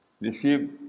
receive